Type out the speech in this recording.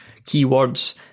keywords